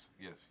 yes